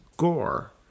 Gore